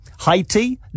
Haiti